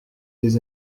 des